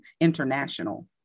international